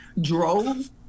drove